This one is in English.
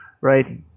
right